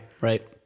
right